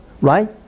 right